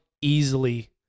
easily